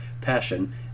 passion